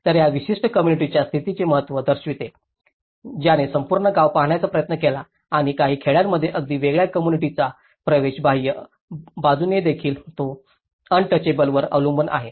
तर त्या विशिष्ट कोम्मुनिटीच्या स्थितीचे महत्त्व दर्शविते आणि ज्याने संपूर्ण गाव पाहण्याचा प्रयत्न केला आणि काही खेड्यांमध्ये अगदी वेगळ्या कोम्मुनिटीचा प्रवेश बाह्य बाजूनेदेखील तो अस्पृश्यावर अवलंबून आहे